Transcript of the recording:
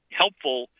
helpful